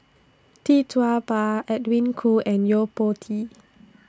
Tee Tua Ba Edwin Koo and Yo Po Tee